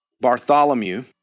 Bartholomew